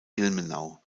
ilmenau